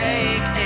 Take